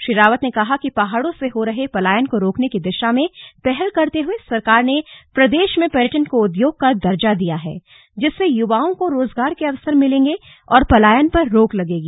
श्री रावत ने कहा कि पहाड़ों से हो रहे पलायन को रोकने की दिशा में पहल करते हुए सरकार ने प्रदेश में पर्यटन को उद्योग का दर्जा दिया है जिससे युवाओं को रोजगार के अवसर मिलेंगे और पलायन पर रोक लगेगी